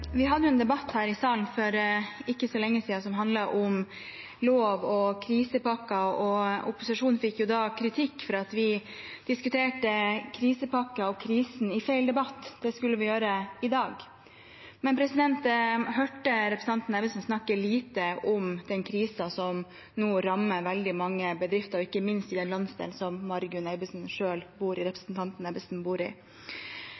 og opposisjonen fikk da kritikk for at vi diskuterte krisepakker og krisen i feil debatt – det skulle vi gjøre i dag. Men jeg hørte representanten Ebbesen snakke lite om den krisen som nå rammer veldig mange bedrifter, ikke minst i den landsdelen som representanten Ebbesen bor i.